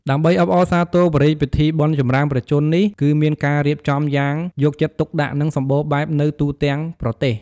ដើម្បីអបអរសាទរព្រះរាជពិធីបុណ្យចម្រើនព្រះជន្មនេះ គឺមានការរៀបចំយ៉ាងយកចិត្តទុកដាក់ និងសម្បូរបែបនៅទូទាំងប្រទេស។